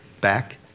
back